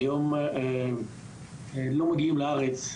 שהיום לא מגיעים לארץ,